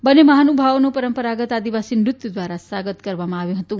બંને મહાનુભાવોનું પરંપરાગત આદિવાસી નૃત્યા દ્વારા સ્વા ગત કરવામાં આવ્યુંા હતું